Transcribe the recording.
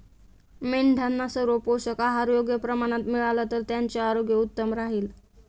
मेंढ्यांना सर्व पोषक आहार योग्य प्रमाणात मिळाला तर त्यांचे आरोग्य उत्तम राहील